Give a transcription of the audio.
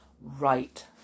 right